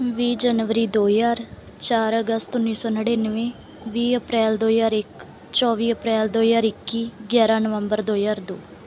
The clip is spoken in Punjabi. ਵੀਹ ਜਨਵਰੀ ਦੋ ਹਜ਼ਾਰ ਚਾਰ ਅਗਸਤ ਉੱਨੀ ਸੌ ਨੜ੍ਹਿਨਵੇਂ ਵੀਹ ਅਪ੍ਰੈਲ ਦੋ ਹਜ਼ਾਰ ਇੱਕ ਚੌਵੀ ਅਪ੍ਰੈਲ ਦੋ ਹਜ਼ਾਰ ਇੱਕੀ ਗਿਆਰ੍ਹਾਂ ਨਵੰਬਰ ਦੋ ਹਜ਼ਾਰ ਦੋ